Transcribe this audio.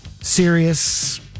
serious